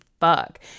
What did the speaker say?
fuck